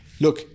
Look